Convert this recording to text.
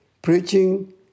preaching